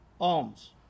alms